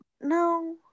no